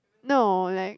no like